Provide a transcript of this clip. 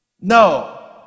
no